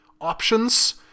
options